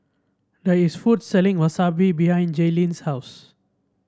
there is a food selling wasabi behind Jaylen's house